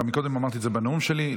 קודם אמרתי את זה בנאום שלי,